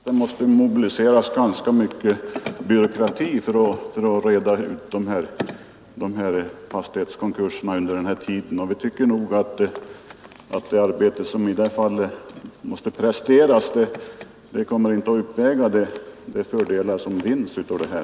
Herr talman! Vi i utskottet anser att det mäste mobiliseras ganska mycket av byråkrati för att reda ut sådana här konkurser under den mellantid som det gäller. Alltför mycket arbete skulle behöva presteras för att nå de resultat som motionären åsyftar.